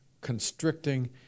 constricting